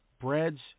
breads